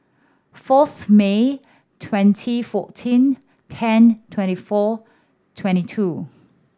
fourth May twenty fourteen ten twenty four twenty two